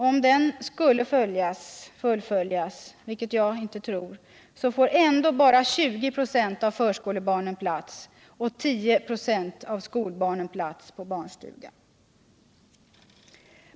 Om den skulle fullföljas — vilket jag inte tror — får ändå bara 20 96 av förskolebarnen och 10 96 av skolbarnen plats på barnstuga.